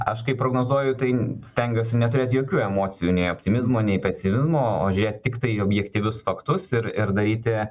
aš kaip prognozuoju tai stengiuosi neturėti jokių emocijų nei optimizmo nei pesimizmo o žiūrėti tiktai į objektyvius faktus ir ir daryti